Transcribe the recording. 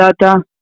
data